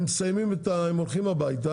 הם הולכים הביתה,